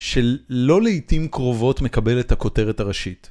ש... לא לעיתים קרובות מקבל את הכותרת הראשית.